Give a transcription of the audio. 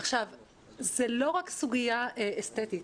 זה לא רק סוגיה אסתטית,